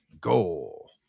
goal